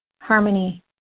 harmony